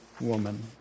woman